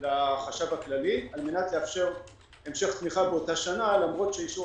היתה פה אחת מחברות הכנסת שאמרה באחד הדיונים